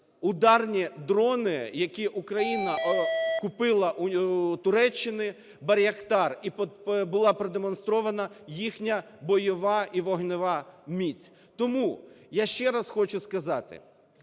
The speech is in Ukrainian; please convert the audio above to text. ударні дрони, які Україна купила у Туреччини, Bayraktar. І була продемонстрована їхня бойова і вогнева міць. Тому я ще раз хочу сказати